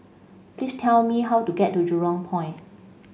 please tell me how to get to Jurong Point